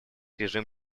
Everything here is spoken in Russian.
режим